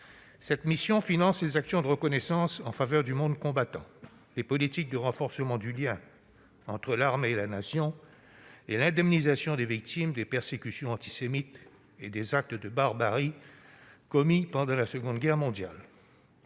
Cette mission finance les actions de reconnaissance en faveur du monde combattant, les politiques de renforcement du lien entre l'armée et la Nation et l'indemnisation des victimes des persécutions antisémites et des actes de barbarie commis pendant la Seconde Guerre mondiale.